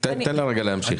תן לה להמשיך.